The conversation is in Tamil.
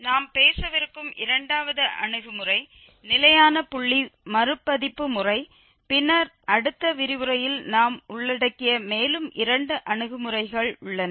நாம் பேசவிருக்கும் இரண்டாவது அணுகுமுறை நிலையான புள்ளி மறுபதிப்பு முறை பின்னர் அடுத்த விரிவுரையில் நாம் உள்ளடக்கிய மேலும் இரண்டு அணுகுமுறைகள் உள்ளன